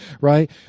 right